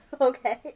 Okay